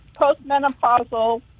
postmenopausal